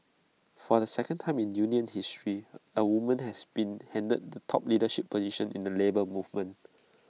for the second time in union history A woman has been handed the top leadership position in the Labour Movement